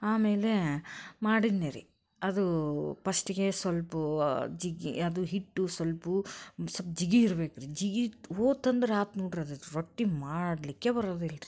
ಆಮೇಲೆ ಮಾಡಿದ್ನಿ ರೀ ಅದು ಪಸ್ಟಿಗೆ ಸ್ವಲ್ಪ ಜಿಗ್ಗಿ ಅದು ಹಿಟ್ಟು ಸ್ವಲ್ಪ ಸ್ವಲ್ಪ್ ಜಿಗಿ ಇರ್ಬೇಕು ರೀ ಜಿಗಿ ಹೋಯ್ತಂದ್ರೆ ಆತು ನೋಡ್ರಿರೀ ರೊಟ್ಟಿ ಮಾಡಲಿಕ್ಕೇ ಬರೋದಿಲ್ಲ ರೀ